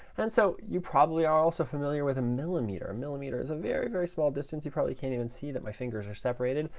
and so you probably are also familiar with a millimeter. a millimeter very, very small distance. you probably can't even see that my fingers are separated.